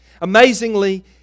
Amazingly